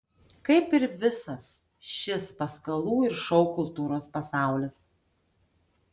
kaip ir visas šis paskalų ir šou kultūros pasaulis